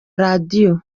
radio